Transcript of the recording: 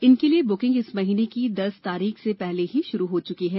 इनके लिये बुकिंग इस महीने की दस तारीख से पहले ही शुरू हो चुकी है